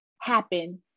happen